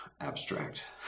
abstract